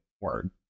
word